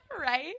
Right